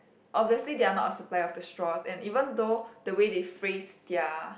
obviously they're not a supplier of the straws and even though the way they phrase their